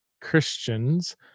Christians